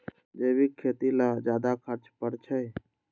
जैविक खेती ला ज्यादा खर्च पड़छई?